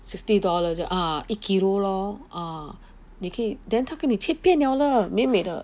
sixty dollar ah 一 kilo lor ah 你可以 then 他跟你切片了了美美的